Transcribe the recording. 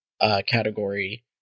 category